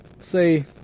say